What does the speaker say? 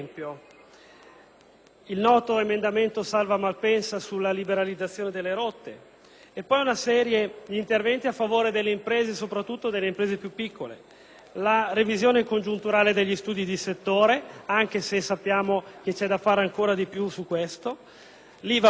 il noto emendamento salva-Malpensa sulla liberalizzazione delle rotte; gli interventi a favore delle imprese (soprattutto quelle più piccole); la revisione congiunturale degli studi di settore (anche se sappiamo che c'è da fare ancora di più su questo tema); l'IVA per cassa;